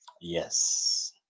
Yes